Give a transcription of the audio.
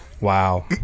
Wow